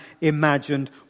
imagined